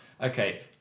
Okay